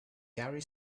gary